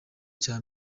cya